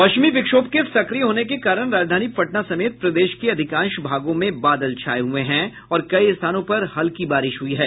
पश्चिमी विक्षोभ के सक्रिय होने के कारण राजधानी पटना समेत प्रदेश के अधिकांश भागों में बादल छाये हुये हैं और कई स्थानों पर हल्की बारिश हुयी है